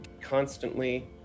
constantly